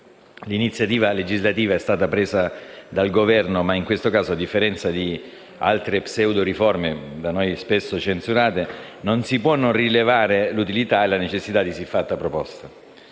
L'iniziativa legislativa è stata presa dal Governo, ma in questo caso, a differenza di altre pseudo-riforme, da noi spesso censurate, non si può non rilevare l'utilità e la necessità di siffatta proposta.